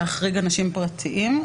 להחריג אנשים פרטיים.